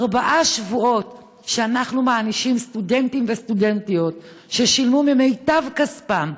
ארבעה שבועות אנחנו מענישים סטודנטים וסטודנטיות ששילמו במיטב כספם,